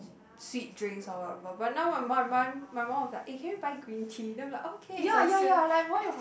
sweet drinks or whatever but now my mum my my mum was like eh can you buy green tea then I'm like okay it's on sale